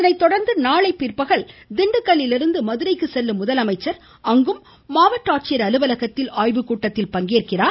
இதனை தொடர்ந்து நாளை பிற்பகல் திண்டுக்கல்லிலிருந்து மதுரைக்கு செல்லும் முதலமைச்சர் அங்கும் மாவட்ட ஆட்சியர் அலுவலகத்தில் ஆய்வு கூட்டத்தில் பங்கேற்கிறார்